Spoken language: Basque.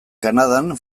kanadan